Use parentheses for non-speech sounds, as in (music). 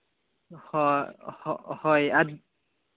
ᱦᱳᱭ ᱟᱨ (unintelligible)